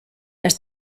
las